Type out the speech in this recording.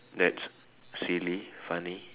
that's silly funny